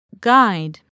Guide